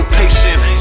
patience